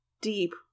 deep